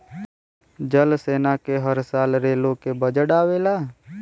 जल सेना क हर साल रेलो के बजट आवला